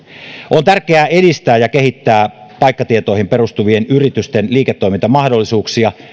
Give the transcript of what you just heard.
on tärkeää edistää ja kehittää paikkatietoihin perustuvia yritysten liiketoimintamahdollisuuksia